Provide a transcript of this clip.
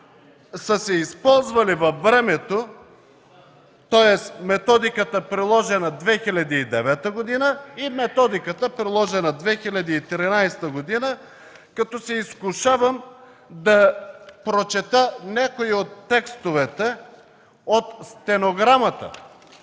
са се използвали във времето, тоест методиката, приложена през 2009 г. и методиката, приложена през 2013 г., като се изкушавам да прочета някои от текстовете от стенограмата.